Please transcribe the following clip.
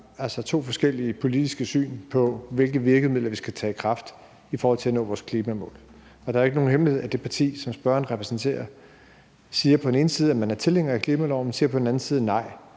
har to forskellige politiske syn på, hvilke virkemidler vi skal tage i anvendelse i forhold til at nå vores klimamål. Det er ikke nogen hemmelighed, at det parti, som spørgeren repræsenterer, på den ene side siger, at man er tilhænger af klimaloven, men på den anden side